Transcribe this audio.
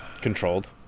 Controlled